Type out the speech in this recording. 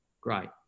Great